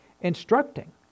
instructing